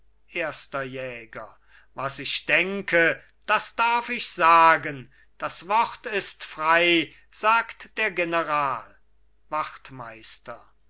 erster jäger was ich denke das darf ich sagen das wort ist frei sagt da general wachtmeister